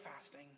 fasting